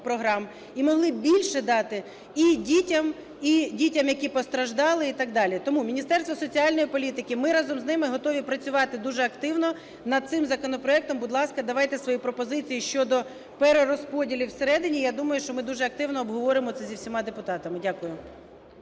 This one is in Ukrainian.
і могли більше дати і дітям, і дітям, які постраждали і так далі. Тому Міністерство соціальної політики, ми разом з ними готові працювати дуже активно над цим законопроектом. Будь ласка, давайте свої пропозиції щодо перерозподілів всередині, я думаю, що ми дуже активно обговоримо це зі всіма депутатами. Дякую.